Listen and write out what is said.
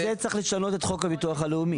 זה צריך לשנות את החוק הביטוח הלאומי.